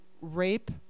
rape